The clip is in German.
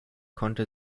konnte